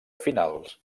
finals